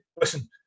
Listen